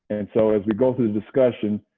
and so as we go through the discussion,